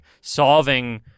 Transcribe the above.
solving